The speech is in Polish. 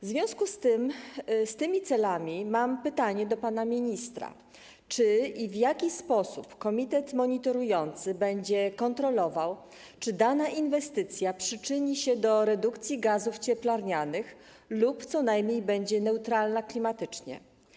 W związku z tymi celami mam pytanie do pana ministra: Czy i w jaki sposób komitet monitorujący będzie kontrolował, czy dana inwestycja przyczyni się do redukcji gazów cieplarnianych lub co najmniej będzie neutralna klimatycznie?